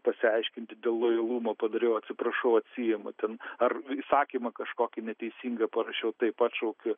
pasiaiškinti dėl lojalumo padariau atsiprašau atsiimu ten ar įsakymą kažkokį neteisingą parašiau taip atšaukiu